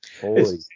Holy